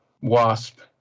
wasp